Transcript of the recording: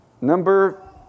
Number